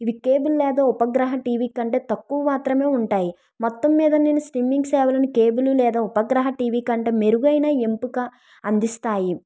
ఇవి కేబుల్ లేదా ఉపగ్రహ టీవీ కంటే తక్కువ మాత్రమే ఉంటాయి మొత్తం మీద నేను స్టిమ్మింగ్ సేవలను కేబుల్ లేదా ఉపగ్రహ టీవీ కంటే మెరుగైన ఎంపిక అందిస్తాయి